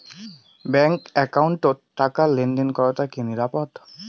Bank একাউন্টত টাকা লেনদেন করাটা কি নিরাপদ?